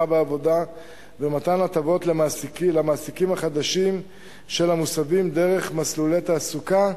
בעבודה ומתן הטבות למעסיקים החדשים של המוסבים דרך מסלולי תעסוקה,